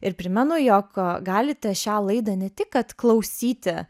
ir primenu jog galite šią laidą ne tik kad klausyti